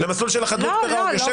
למסלול של חדלות פירעון --- לא,